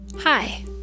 Hi